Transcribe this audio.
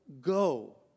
go